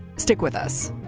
stick with us